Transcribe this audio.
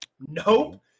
Nope